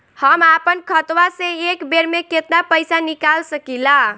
हम आपन खतवा से एक बेर मे केतना पईसा निकाल सकिला?